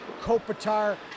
Kopitar